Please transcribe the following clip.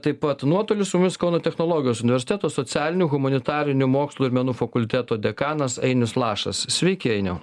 taip pat nuotoliu su mumis kauno technologijos universiteto socialinių humanitarinių mokslų ir menų fakulteto dekanas ainius lašas sveiki ainiau